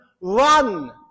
Run